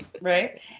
right